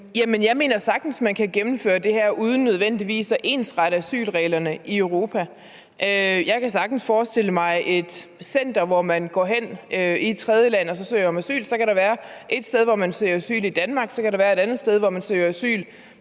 Jeg mener, man sagtens kan gennemføre det her uden nødvendigvis at ensrette asylreglerne i Europa. Jeg kan sagtens forestille mig et center i et tredjeland, hvor man søger om asyl. Der kan så være et sted, hvor man søger asyl i Danmark, så kan der være et andet sted, hvor man søger asyl